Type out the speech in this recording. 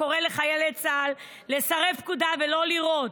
הקורא לחיילי צה"ל לסרב פקודה ולא לירות.